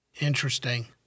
Interesting